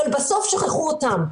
אבל בסוף שכחו אותם.